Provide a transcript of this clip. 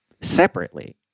separately